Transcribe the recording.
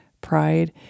pride